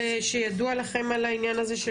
שידוע לכם על העניין הזה,